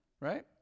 Right